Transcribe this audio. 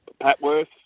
Patworth